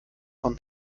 von